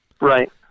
Right